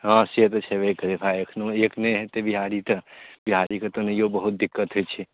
हँ से तऽ छेबे करै भाइ एखनहु एक नहि हेतै बिहारी तऽ बिहारीके तऽ ओनाहिओ बहुत दिक्कत होइ छै